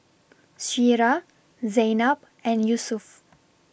Syirah Zaynab and Yusuf